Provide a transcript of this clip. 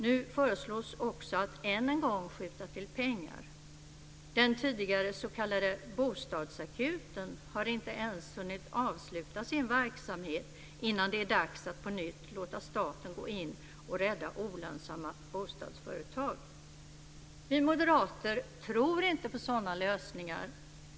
Nu föreslås också att än en gång skjuta till pengar. Den tidigare s.k. bostadsakuten har inte ens hunnit avsluta sin verksamhet innan det är dags att på nytt låta staten gå in och rädda olönsamma bostadsföretag. Vi moderater tror inte på sådana lösningar.